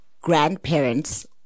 grandparents